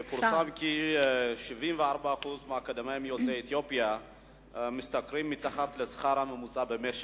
פורסם כי 74% מהאקדמאים יוצאי אתיופיה משתכרים מתחת לשכר הממוצע במשק,